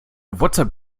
whatsapp